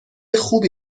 خوبی